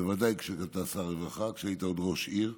בוודאי כשהיית שר הרווחה, וכשהיית עוד ראש עיר.